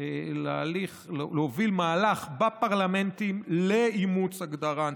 להוביל מהלך בפרלמנטים לאימוץ הגדרה אנטישמית.